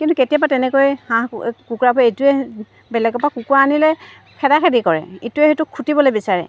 কিন্তু কেতিয়াবা তেনেকৈ হাঁহ কুকুৰাবোৰ এইটোৱে বেলেগৰ পৰা কুকুৰা আনিলে খেদা খেদি কৰে ইটোৱে সিটোক খুটিবলৈ বিচাৰে